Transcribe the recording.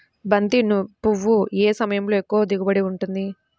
బంతి పువ్వు ఏ సమయంలో ఎక్కువ దిగుబడి ఉంటుంది?